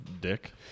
Dick